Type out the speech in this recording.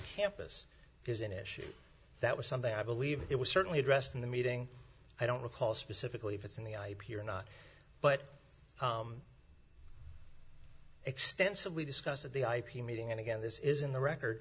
campus is an issue that was something i believe it was certainly addressed in the meeting i don't recall specifically if it's in the ip or not but extensively discussed at the ip meeting and again this is in the record